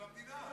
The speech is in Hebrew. של המדינה.